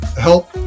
help